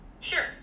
Sure